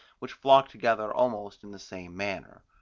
which flock together almost in the same manner.